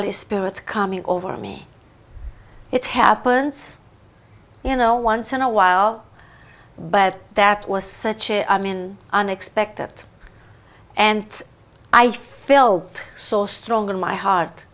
the holy spirit coming over me it happens you know once in a while but that was such it i'm in unexpected and i feel so strong and my heart